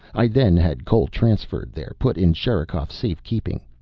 i then had cole transferred there, put in sherikov's safe keeping.